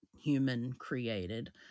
human-created